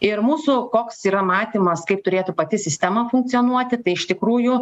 ir mūsų koks yra matymas kaip turėtų pati sistema funkcionuoti tai iš tikrųjų